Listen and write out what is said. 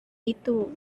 itu